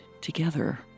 together